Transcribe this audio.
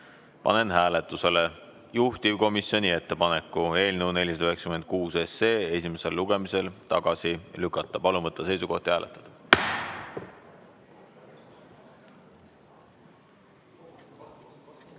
Panen hääletusele juhtivkomisjoni ettepaneku eelnõu 496 esimesel lugemisel tagasi lükata. Palun võtta seisukoht ja hääletada!